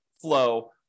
flow